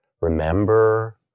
remember